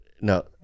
No